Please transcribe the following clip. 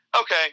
okay